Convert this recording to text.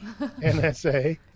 NSA